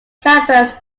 campus